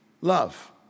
love